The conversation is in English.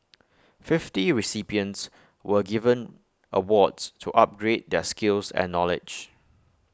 fifty recipients were given awards to upgrade their skills and knowledge